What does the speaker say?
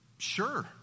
Sure